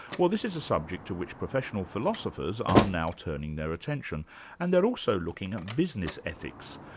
well, this is a subject to which professional philosophers are now turning their attention and they're also looking at business ethics,